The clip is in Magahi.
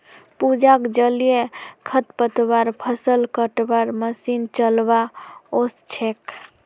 पूजाक जलीय खरपतवार फ़सल कटवार मशीन चलव्वा ओस छेक